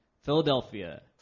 Philadelphia